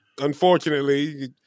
unfortunately